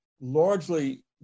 largely